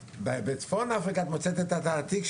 בקרב עולי צפון אפריקה את מוצאת את התעתיק,